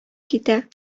китә